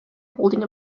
holding